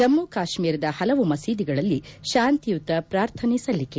ಜಮ್ನು ಕಾಶ್ಮೀರದ ಹಲವು ಮಸೀದಿಗಳಲ್ಲಿ ಶಾಂತಿಯುತ ಪ್ರಾರ್ಥನೆ ಸಲ್ಲಿಕೆ